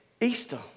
Easter